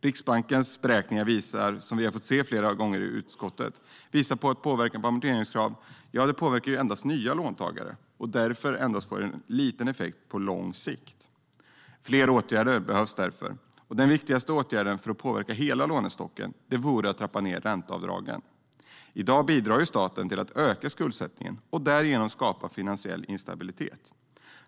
Riksbankens beräkningar visar, som vi har fått se flera gånger i utskottet, att amorteringskravet endast påverkar nya låntagare och därför endast får en liten effekt på lång sikt. Fler åtgärder behövs därför. Den viktigaste åtgärden för att påverka hela lånestocken vore att trappa ned ränteavdragen. I dag bidrar staten till att öka skuldsättningen och därigenom skapa finansiell instabilitet.